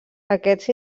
aquests